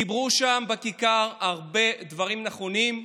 דיברו שם בכיכר הרבה דברים נכונים.